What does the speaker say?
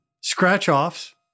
scratch-offs